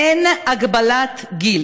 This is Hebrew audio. אין הגבלת גיל.